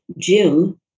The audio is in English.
Jim